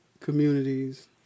communities